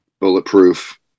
Bulletproof